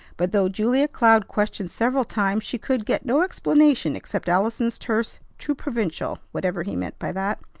but, though julia cloud questioned several times, she could get no explanation except allison's terse too provincial, whatever he meant by that.